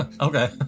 Okay